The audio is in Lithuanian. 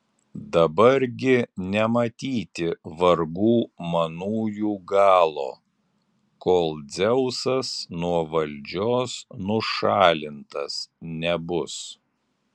dabar gi nematyti vargų manųjų galo kol dzeusas nuo valdžios nušalintas nebus